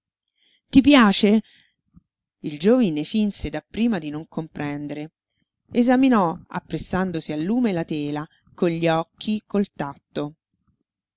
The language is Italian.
ti piace il giovine finse dapprima di non comprendere esaminò appressandosi al lume la tela con gli occhi col tatto